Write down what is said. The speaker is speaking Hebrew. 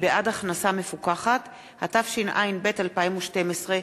התשע”ב 2012,